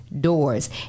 doors